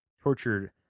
Tortured